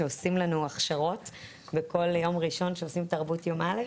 שעושים לנו הכשרות בכל יום ראשון שעושים תרבות יום א'.